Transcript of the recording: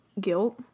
guilt